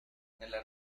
nella